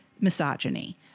misogyny